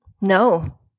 No